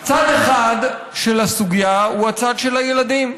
צד אחד של הסוגיה הוא הצד של הילדים,